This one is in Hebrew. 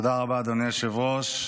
תודה רבה, אדוני היושב-ראש.